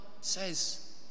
says